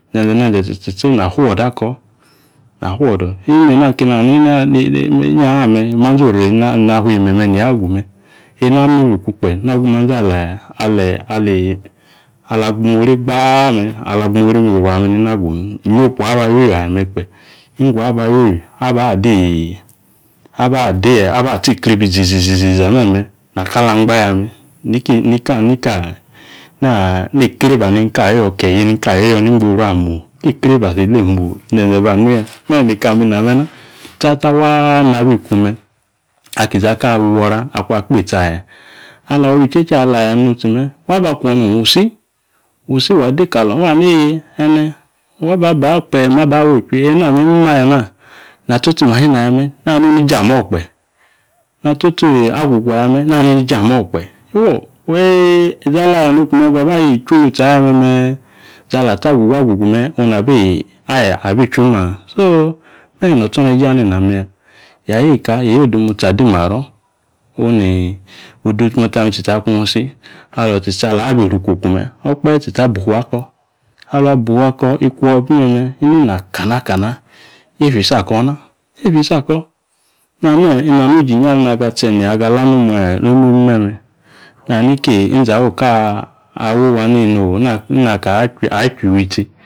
. ze̱nze̱ tsitsi na fuodo ako, na fuodo. Imme eena keni ahaini, inyahaa me̱ manzi oriri na wii manyi me neeyi agu me̱. Eena imme ibuku kpe nagu manzi ala gbumuri gbaaa one ala gbumuri iruame̱ nena agume. Inyi opu aa aba ywioywi ayame kpe, inggwa aba ywioywi aba atsi ikribi iziziziza me̱me̱ nakali angba ya me̱. Nika ani kreebia neni kayoyo ke yeyi neni ka yoyo ningboru aa mo. Ke ekreebia atile mo izenze banuya, me neka ame iname na. Tsatsa waa nabiku me̱. Aki izaklee awora akpeetsi aya, alawo iywi ichecheala nutsi me, waba kwanong wusi, wusi wade kalong, wa neeye e̱ne̱ waba ba kpeem awu ichwi. Eena me mime ayana. Na tsotsi machine ayame, nani jamb mo̱o̱ kpe, natsotsi agugu aya me̱ nani jamb mo̱o̱ kpe, fuo ixi alaya nopu me babi ichwi aya me̱me̱ izi alatsi agugu agugu onu nabi aya abi ichwi ma so me̱me̱ notsoneje ana meya. Ya yeka yo odemotsi adi maro, oni odemotsi ame tsitsi akung si, alo tsitsi abi isri ikuku me okpahe tsitsi abu ufua ako. Alung abufua ako ikwo bi me̱me̱ inina kana kana, yiefya isi ako̱na, yiefya isi ako̱. Nane̱ inanie uyia inyi alinaga tse neeyi ga la nomu imime, me nani ki ni nzahu ka, wowa neyi o naka achu yiwu itsi.